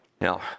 Now